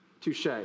Touche